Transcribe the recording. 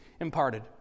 imparted